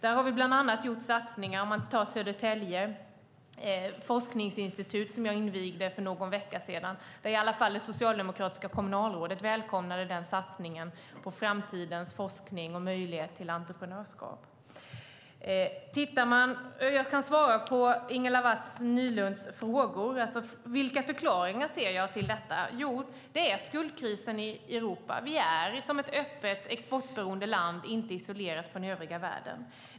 Där har vi bland annat gjort satsningar. Vi kan ta det forskningsinstitut i Södertälje som jag invigde för någon vecka sedan. Den satsningen på framtidens forskning och möjlighet till entreprenörskap välkomnades i alla fall av det socialdemokratiska kommunalrådet. Jag kan svara på Ingela Nylund Watz frågor. Vilka förklaringar ser jag till detta? Jo, det är skuldkrisen i Europa. Vi är som ett öppet, exportberoende land inte isolerat från övriga världen.